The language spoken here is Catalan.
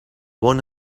bon